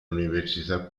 università